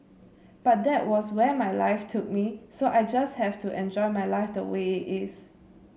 but that was where my life took me so I just have to enjoy my life the way it is